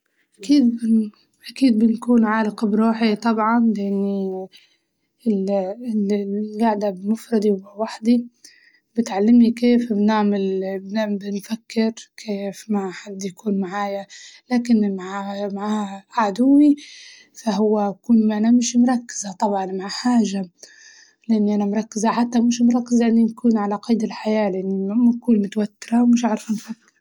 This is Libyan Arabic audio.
أكيد ن- أكيد بنكون عالق بروحي طبعاً لأني ال- ال- القعدة بمفردي لوحدي بتعلمني كيف بنعمل بن- بنفكر، كيف ما حد يكون معايا لكن مع مع عدوي فهو أكون أنا مش مركزة طبعاً مع حاجة لإني أنا مركزة حتى مش مركزة إني نكون على قيد الحياة لإني نكون متوترة ومش عارفة نفكر.